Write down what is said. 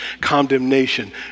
Condemnation